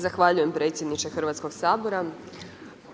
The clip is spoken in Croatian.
Zahvaljujem predsjedniče Hrvatskog sabora,